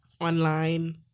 online